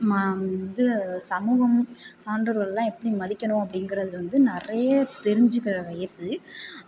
மா இது சமூகம் சார்ந்தவர்களலாம் எப்படி மதிக்கணும் அப்படிங்கறது வந்து நிறைய தெரிஞ்சுகிற வயசு